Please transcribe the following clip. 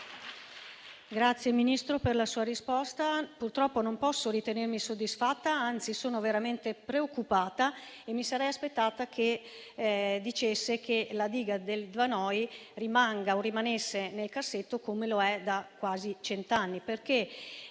la ringrazio per la sua risposta. Purtroppo non posso ritenermi soddisfatta, anzi, sono veramente preoccupata e mi sarei aspettata che dicesse che la diga del Vanoi rimarrà nel cassetto, come lo è da quasi cent'anni,